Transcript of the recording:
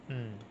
mm